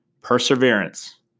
Perseverance